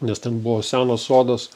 nes ten buvo senos odos